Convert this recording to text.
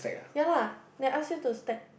ya lah they ask you to stack